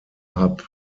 hub